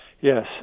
Yes